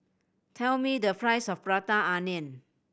tell me the price of Prata Onion